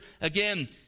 again